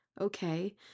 okay